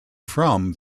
from